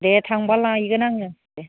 दे थांबा लायगोन आङो देह